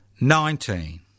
nineteen